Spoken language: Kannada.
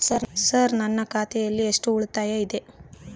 ಸರ್ ನನ್ನ ಖಾತೆಯಲ್ಲಿ ಎಷ್ಟು ಉಳಿತಾಯ ಇದೆ?